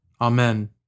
amen